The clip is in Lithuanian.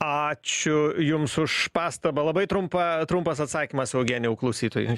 ačiū jums už pastabą labai trumpa trumpas atsakymas eugenijui klausytojui